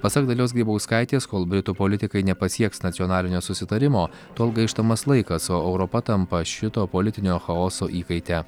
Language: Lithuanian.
pasak dalios grybauskaitės kol britų politikai nepasieks nacionalinio susitarimo tol gaištamas laikas o europa tampa šito politinio chaoso įkaite